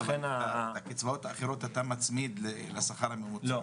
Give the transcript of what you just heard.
את הקצבאות האחרות אתה מצמיד לשכר הממוצע.